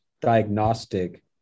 diagnostic